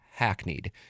hackneyed